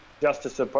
Justice